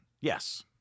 Yes